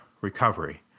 recovery